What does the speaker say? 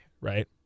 right